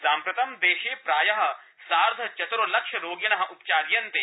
साम्प्रतं देशे प्राय सार्थ चतुर लक्ष रोगिण उपचार्यन्ते